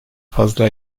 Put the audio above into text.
fazla